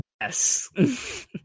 Yes